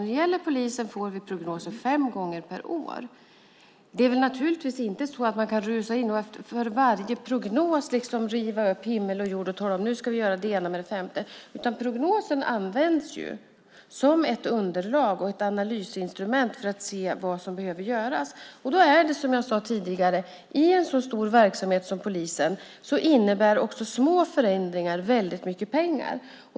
När det gäller polisen får vi prognoser fem gånger per år, och man kan naturligtvis inte rusa in efter varje prognos och riva upp himmel och jord och tala om att vi ska göra det ena med det femte. Prognosen används som ett underlag och ett analysinstrument för att se vad som behöver göras. Som jag sade tidigare innebär också små förändringar i en så stor verksamhet som polisen väldigt mycket pengar.